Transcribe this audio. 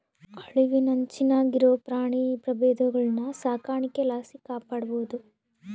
ಅಳಿವಿನಂಚಿನಾಗಿರೋ ಪ್ರಾಣಿ ಪ್ರಭೇದಗುಳ್ನ ಸಾಕಾಣಿಕೆ ಲಾಸಿ ಕಾಪಾಡ್ಬೋದು